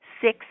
six